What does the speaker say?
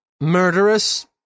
murderous